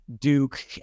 Duke